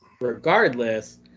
Regardless